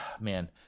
man